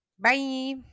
Bye